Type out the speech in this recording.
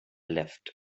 left